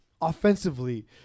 offensively